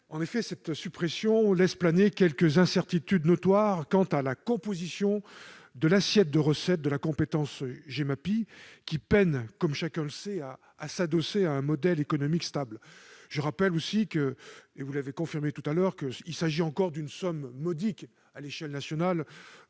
En effet, cette suppression laisse planer quelques incertitudes notoires quant à la composition de l'assiette de recettes de la compétence Gemapi, laquelle peine, chacun le sait, à s'adosser à un modèle économique stable. Je rappelle aussi, et vous l'avez confirmé précédemment, qu'il s'agit de plus de 150 millions